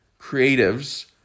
creatives